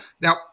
now